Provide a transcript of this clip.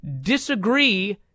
disagree